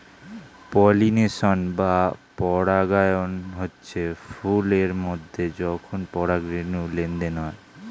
pollination বা পরাগায়ন হচ্ছে ফুল এর মধ্যে যখন পরাগ রেণুর লেনদেন হয়